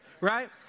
right